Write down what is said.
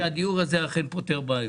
שאכן פותר בעיות.